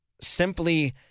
simply